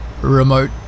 Remote